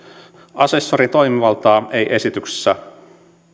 asessorin toimivaltaa ei esityksessä